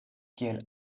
kiel